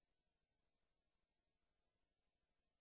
לפני